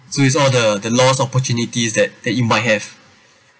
so is all the the loss opportunities that that you might have